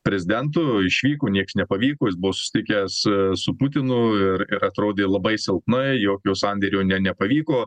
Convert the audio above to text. prezidentu išvyko nieks nepavyko jis buvo susitikęs su putinu ir atrodė labai silpnai jokio sandėrio nepavyko